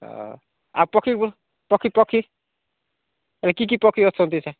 ହଁ ଆଉ ପକ୍ଷୀ ପକ୍ଷୀ ପକ୍ଷୀ ଏ କି କି ପକ୍ଷୀ ଅଛନ୍ତି ସାର୍